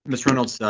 miss reynolds,